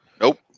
Nope